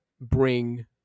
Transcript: bring